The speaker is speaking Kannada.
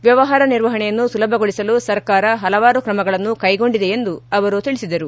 ವ್ಯವಹಾರ ನಿರ್ವಹಣೆಯನ್ನು ಸುಲಭಗೊಳಿಸಲು ಸರ್ಕಾರ ಹಲವಾರು ಕ್ರಮಗಳನ್ನು ಕೈಗೊಂಡಿದೆ ಎಂದು ಅವರು ತಿಳಿಸಿದರು